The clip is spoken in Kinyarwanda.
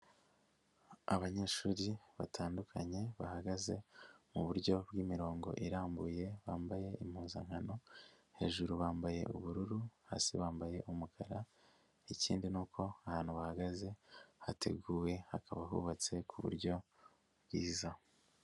Abanyeshuri batandukanye bahagaze mu buryo bw'imirongo irambuye, bambaye impuzankano, hejuru bambaye ubururu, hasi bambaye umukara ikindi nuko ahantu bahagaze hateguwe hakaba hubatse ku buryo bwiza.